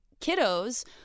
kiddos